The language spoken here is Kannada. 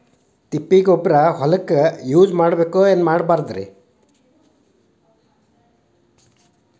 ತಿಪ್ಪಿಗೊಬ್ಬರ ಹೊಲಕ ಯೂಸ್ ಮಾಡಬೇಕೆನ್ ಮಾಡಬಾರದು?